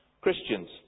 Christians